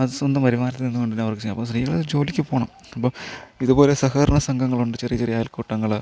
അത് സ്വന്തം വരുമാനത്തിൽനിന്നുകൊണ്ടുതന്നെ അവർക്കു ചെയ്യാം അപ്പോള് സ്ത്രീകള് ജോലിക്ക് പോകണം ഇപ്പോള് ഇതുപോലെ സഹകരണ സംഘങ്ങളുണ്ട് ചെറിയ ചെറിയ അയൽക്കൂട്ടങ്ങള്